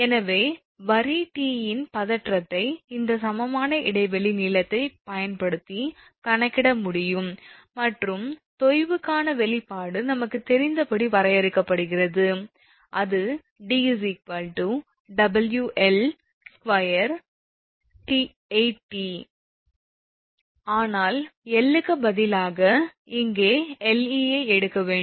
எனவே வரி T இன் பதற்றத்தை இந்த சமமான இடைவெளி நீளத்தைப் பயன்படுத்தி கணக்கிட முடியும் மற்றும் தொய்வுக்கான வெளிப்பாடு நமக்குத் தெரிந்தபடி வரையறுக்கப்படுகிறது அது d 𝑊𝐿28𝑇 ஆனால் 𝐿 க்கு பதிலாக இங்கே 𝐿𝑒 ஐ எடுக்க வேண்டும்